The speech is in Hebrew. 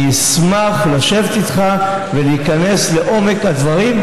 אשמח לשבת איתך ולהיכנס לעומק הדברים,